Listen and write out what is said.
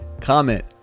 comment